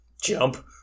Jump